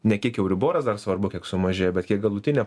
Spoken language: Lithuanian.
ne kiek euriboras dar svarbu kiek sumažėjo bet kiek galutinė